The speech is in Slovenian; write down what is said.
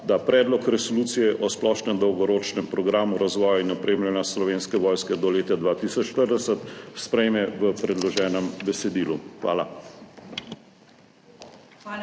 da Predlog resolucije o splošnem dolgoročnem programu razvoja in opremljanja Slovenske vojske do leta 2040 sprejme v predloženem besedilu. Hvala.